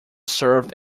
served